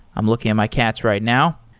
i'm looking at my cats right now.